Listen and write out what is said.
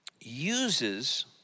uses